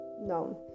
known